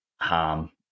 harm